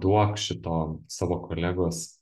duok šito savo kolegos